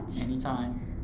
Anytime